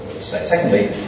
Secondly